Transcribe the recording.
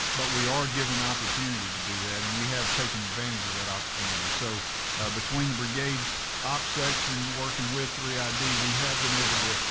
but we are given opportunity to do that. and we have taken advantage of that opportunity. so between the brigades' op section, working with three id, we have been able to,